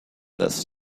this